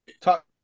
Talk